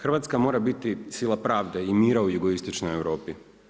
Hrvatska mora biti sila pravde i mira u jugoistočnoj Europi.